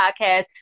podcast